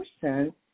person